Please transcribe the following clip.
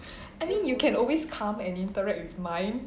I mean you can always come and interact with mine